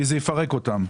כי זה יפרק אותם.